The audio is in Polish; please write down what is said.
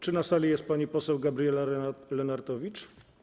Czy na sali jest pani poseł Gabriela Lenartowicz?